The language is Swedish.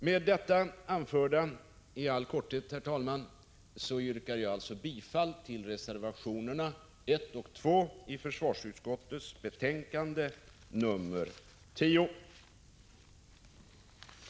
Med det i all korthet anförda, herr talman, yrkar jag bifall till reservationerna 1 och 2 i försvarsutskottets betänkande nr 10.